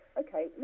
okay